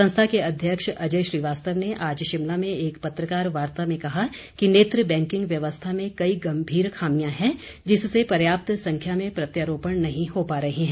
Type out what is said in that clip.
संस्था के अध्यक्ष अजय श्रीवास्तव ने आज शिमला में एक पत्रकार वार्ता में कहा कि नेत्र बैंकिंग व्यवस्था में कई गम्भीर खामियां हैं जिससे पर्याप्त संख्या में प्रत्यारोपण नहीं हो पा रहे हैं